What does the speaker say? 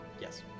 Yes